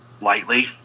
lightly